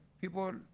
people